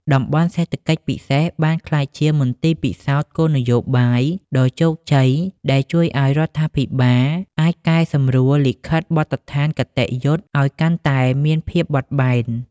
តំបន់សេដ្ឋកិច្ចពិសេស បានក្លាយជា "មន្ទីរពិសោធន៍គោលនយោបាយ" ដ៏ជោគជ័យដែលជួយឱ្យរដ្ឋាភិបាលអាចកែសម្រួលលិខិតបទដ្ឋានគតិយុត្តឱ្យកាន់តែមានភាពបត់បែន។